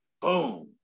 Boom